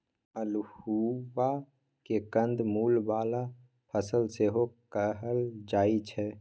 अल्हुआ केँ कंद मुल बला फसल सेहो कहल जाइ छै